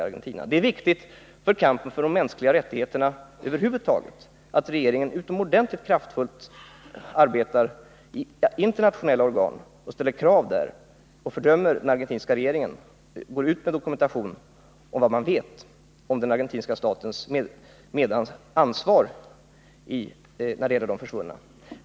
Det är också viktigt för kampen för de mänskliga rättigheterna över huvud taget att regeringen utomordentligt kraftfullt arbetar i internationella organ, ställer krav där, fördömer den argentinska regeringen och går ut med dokumentation om vad man vet om den argentinska regeringens ansvar när det gäller de försvunna.